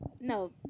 No